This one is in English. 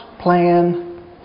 plan